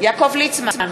יעקב ליצמן,